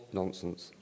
nonsense